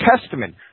Testament